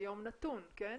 ביום נתון, כן?